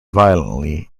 violently